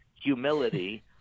humility